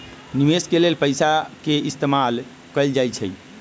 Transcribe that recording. निवेश के लेल पैसा के इस्तमाल कएल जाई छई